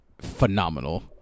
phenomenal